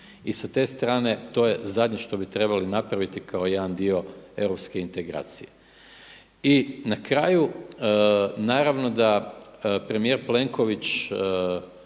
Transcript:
i sa te strane to je zadnje što bi trebali napraviti kao jedan dio europske integracije. I na kraju, naravno da premijer Plenković